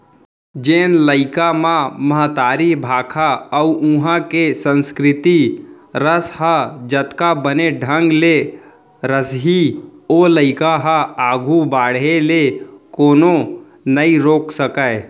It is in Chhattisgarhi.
जेन लइका म महतारी भाखा अउ उहॉं के संस्कृति रस ह जतका बने ढंग ले रसही ओ लइका ल आघू बाढ़े ले कोनो नइ रोके सकयँ